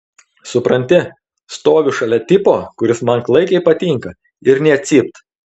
supranti stoviu šalia tipo kuris man klaikiai patinka ir nė cypt